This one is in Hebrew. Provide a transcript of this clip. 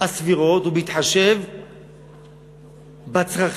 הסבירות ובהתחשב בצרכים